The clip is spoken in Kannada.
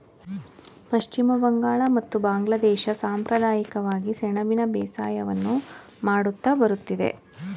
ಪಶ್ಚಿಮ ಬಂಗಾಳ ಮತ್ತು ಬಾಂಗ್ಲಾದೇಶ ಸಂಪ್ರದಾಯಿಕವಾಗಿ ಸೆಣಬಿನ ಬೇಸಾಯವನ್ನು ಮಾಡುತ್ತಾ ಬರುತ್ತಿದೆ